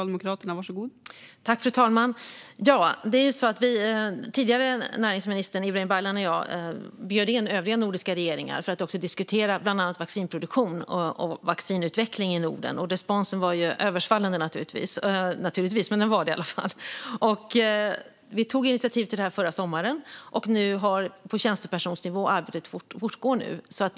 Fru talman! Tidigare näringsministern Ibrahim Baylan och jag bjöd in övriga nordiska regeringar för att diskutera bland annat vaccinproduktion och vaccinutveckling i Norden. Responsen var översvallande. Vi tog initiativ till detta förra sommaren. Nu fortgår arbetet på tjänstepersonsnivå.